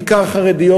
בעיקר חרדיות,